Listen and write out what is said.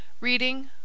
Reading